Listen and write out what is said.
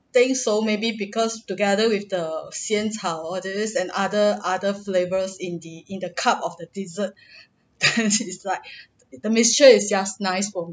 think so maybe because together with the 仙草 all this and other other flavours in the in the cup of the dessert then is like the mixture is just nice for me lah feel that